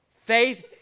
faith